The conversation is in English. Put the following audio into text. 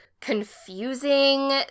confusing